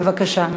בבקשה.